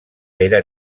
era